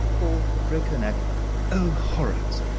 fall, break her neck o horrors!